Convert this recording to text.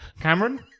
Cameron